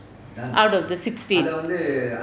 out of the sixty